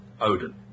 Odin